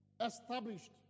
established